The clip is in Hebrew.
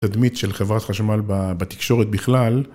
תדמית של חברת חשמל בתקשורת בכלל.